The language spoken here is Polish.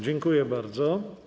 Dziękuję bardzo.